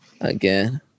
again